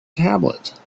tablet